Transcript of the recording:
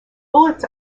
bullets